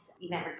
event